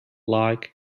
like